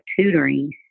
tutoring